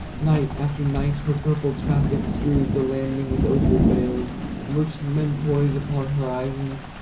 night after night her purple traffic strews the landing with opal bales merchantmen poise upon horizons,